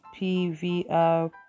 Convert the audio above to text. PVR